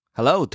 Hello